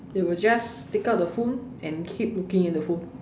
they will just take out the phone and keep looking at the phone